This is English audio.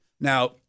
Now